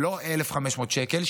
ולא 1,500 שקל,